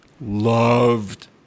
loved